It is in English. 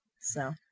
so-